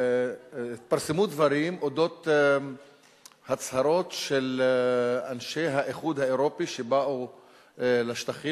התפרסמו דברים על אודות הצהרות של אנשי האיחוד האירופי שבאו לשטחים,